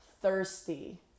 thirsty